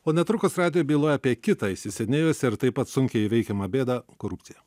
o netrukus radijo byloje apie kitą įsisenėjusią ir taip pat sunkiai įveikiamą bėdą korupciją